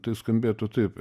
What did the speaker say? tai skambėtų taip